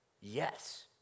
Yes